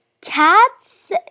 Cats